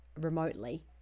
remotely